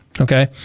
Okay